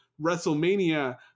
WrestleMania